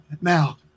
now